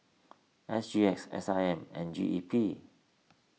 S G X S I M and G E P